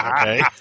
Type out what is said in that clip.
okay